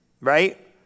right